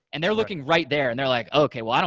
and they're looking right there and they're like, okay. well,